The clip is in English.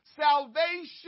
Salvation